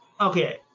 Okay